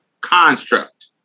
construct